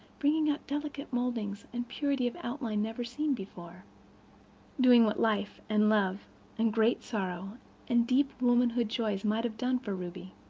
bringing out delicate modelings and purity of outline never seen before doing what life and love and great sorrow and deep womanhood joys might have done for ruby.